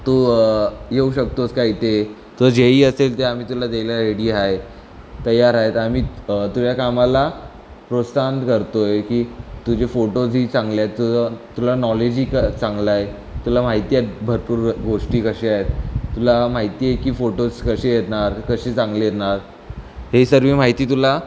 तू येऊ शकतोस का इथे तो जेही असेल ते आम्ही तुला देयला रेडी आहे तयार आहेतत आम्ही तुया कामाला प्रोत्साहन करतो आहे की तुझे फोटोजही चांगले आहेत तुझं तुला नॉलेजही क चांगल आहे तुला माहिती आहे भरपूर गोष्टी कशा आहेत तुला माहिती आहे की फोटोज कसे येणार कसे चांगले येणार हे सर्व माहिती तुला